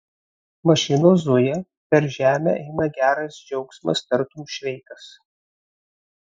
mašinos zuja per žemę eina geras džiaugsmas tartum šveikas